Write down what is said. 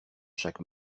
chaque